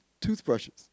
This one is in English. toothbrushes